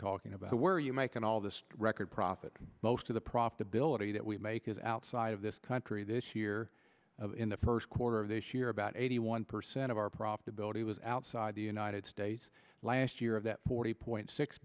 talking about we're you making all this record profit most of the profitability that we make is outside of this country this year of in the first quarter of this year about eighty one percent of our profitability was outside the united states last year of that forty point six